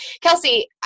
Kelsey